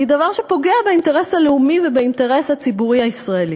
היא דבר שפוגע באינטרס הלאומי ובאינטרס הציבורי הישראלי.